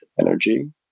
energy